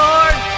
Lord